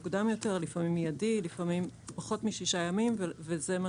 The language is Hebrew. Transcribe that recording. מיידי, לפעמים פחות משישה ימים - שזה מה